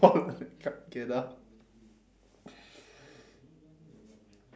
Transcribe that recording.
oh they can't get up